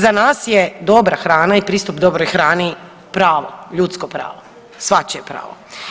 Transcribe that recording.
Za nas je dobra hrana i pristup dobroj hrani pravo, ljudsko pravo, svačije pravo.